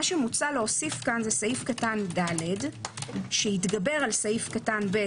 מה שמוצע להוסיף כאן זה סעיף קטן (ד) שיתגבר על סעיף קטן (ב)